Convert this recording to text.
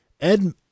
Ed